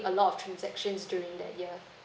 a lot of transactions during that year